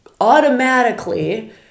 automatically